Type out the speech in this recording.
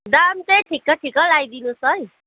दाम चाहिँ ठिक्क ठिक्क लगाई दिनु होस् है